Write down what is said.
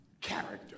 character